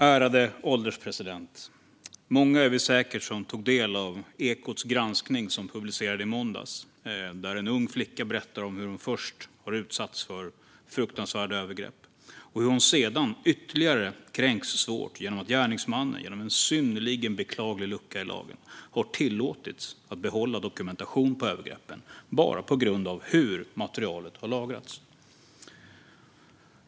Ärade ålderspresident! Vi är säkert många som tog del av en granskning från Ekot som publicerades i måndags. En ung flicka berättar om hur hon först har utsatts för fruktansvärda övergrepp och sedan ytterligare kränks svårt genom att gärningsmannen - genom en synnerligen beklaglig lucka i lagen - har tillåtits att behålla dokumentation på övergreppen bara på grund av hur materialet har lagrats.